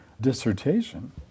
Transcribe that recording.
dissertation